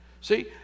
See